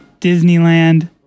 Disneyland